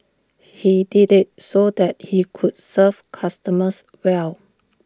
he did IT so that he could serve customers well